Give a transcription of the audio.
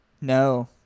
No